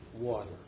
water